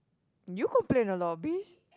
you go play in the lobbies